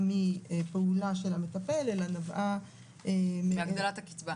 מפעולה של המטפל אלא נבעה מהגדלת הקצבה.